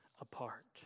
apart